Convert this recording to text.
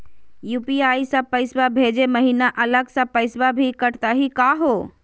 UPI स पैसवा भेजै महिना अलग स पैसवा भी कटतही का हो?